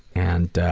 and ah,